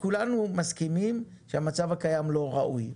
כולנו מסכימים שהמצב הקיים לא ראוי.